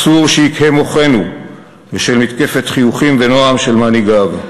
אסור שיקהה מוחנו בשל מתקפת חיוכים ונועם של מנהיגיו.